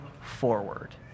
forward